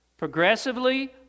progressively